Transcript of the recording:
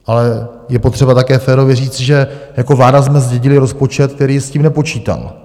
Ale je potřeba také férově říct, že jako vláda jsme zdědili rozpočet, který s tím nepočítal.